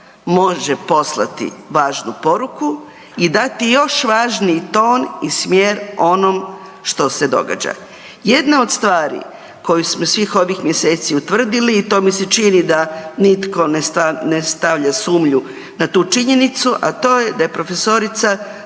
može poslati važnu poruku i dati još važniji ton i smjer onom što se događa. Jedna od stvari koju smo svih ovih mjeseci utvrdili i to mi se čini da nitko ne stavlja sumnju na tu činjenicu, a to je da je prof. Zlata